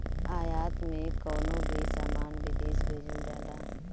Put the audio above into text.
आयात में कवनो भी सामान विदेश भेजल जाला